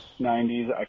90s